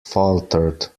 faltered